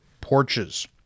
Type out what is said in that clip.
porches